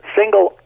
single